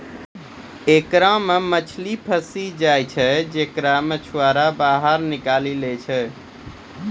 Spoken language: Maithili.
एकरा मे मछली फसी जाय छै जेकरा मछुआरा बाहर निकालि लै छै